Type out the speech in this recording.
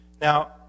Now